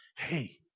hey